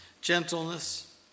gentleness